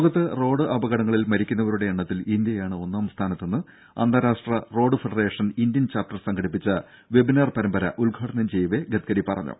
ലോകത്ത് റോഡപകടങ്ങളിൽ മരിക്കുന്നവരുടെ എണ്ണത്തിൽ ഇന്ത്യയാണ് ഒന്നാം സ്ഥാനത്തെന്ന് അന്താരാഷ്ട്ര റോഡ് ഫെഡറേഷൻ ഇന്ത്യൻ ചാപ്റ്റർ സംഘടിപ്പിച്ച വെബിനാർ പരമ്പര ഉദ്ഘാടനം ചെയ്യവെ ഗഡ്കരി പറഞ്ഞു